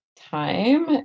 time